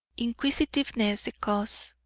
inquisitiveness the cause.